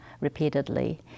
repeatedly